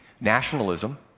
Nationalism